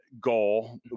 goal